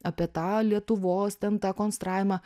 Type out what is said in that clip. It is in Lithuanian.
apie tą lietuvos ten tą konstravimą